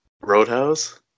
Roadhouse